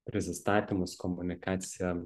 prisistatymus komunikaciją